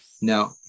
no